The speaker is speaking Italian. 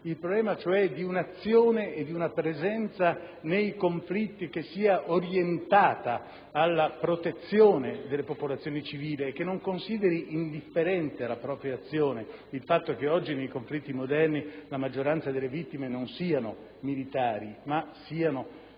il problema cioè di un'azione e di una presenza nei conflitti orientate alla protezione delle popolazioni civili, che non consideri indifferente la propria azione (ricordo che oggi nei conflitti moderni la maggioranza delle vittime non sono militari ma cittadini